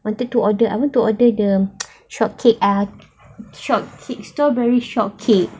wanted to order I want to order the shortcake ah shortcake strawberry shortcake